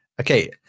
Okay